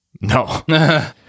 no